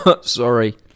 Sorry